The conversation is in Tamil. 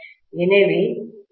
எனவே R1 R2'